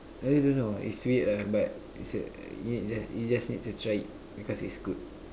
I really don't know it's weird lah but you say you just you just need to try it because it's good